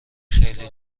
خیلی